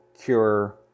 cure